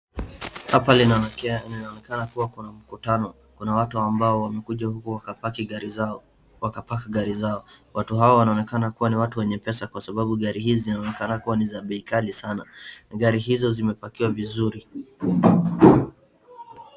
Hapa inaonekana kuwa kuna mkutano, kuna watu ambao wamekuja huku wakapaki gari zao, watu hawa wanaonekana kuwa ni watu wenye pesa kwa sababu gari hizi zinaonekana kuwa ni za bei ghali sana, gari hizo zimepakiwa vizuri.